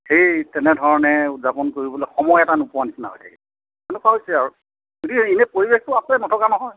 সেই তেনেধৰণে উদযাপন কৰিবলৈ সময় এটা নোপোৱা নিচিনা হৈ থাকিল তেনেকুৱা হৈছে আৰু যদিও এনেই পৰিৱেশটো আছে নথকা নহয়